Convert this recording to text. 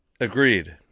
Agreed